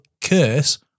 curse